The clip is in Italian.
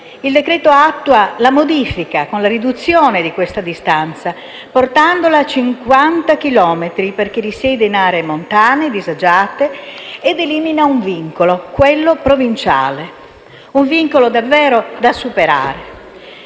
Il decreto-legge attua una modifica, con la riduzione di questa distanza, portandola a 50 chilometri per chi risiede in aree montane e disagiate, ed elimina un vincolo, quello provinciale, un vincolo davvero da superare,